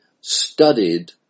studied